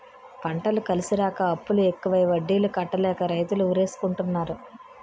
పంటలు కలిసిరాక అప్పులు ఎక్కువై వడ్డీలు కట్టలేక రైతులు ఉరేసుకుంటన్నారు